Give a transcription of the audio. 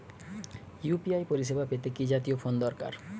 UPI পরিসেবা পেতে কি জাতীয় ফোন দরকার?